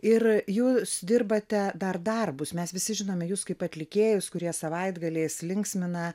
ir jūs dirbate dar darbus mes visi žinome jus kaip atlikėjus kurie savaitgaliais linksmina